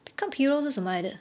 Pickupp Hero 是什么来的